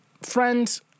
friends